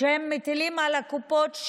הטילו זאת על הקופות,